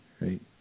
right